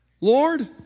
Lord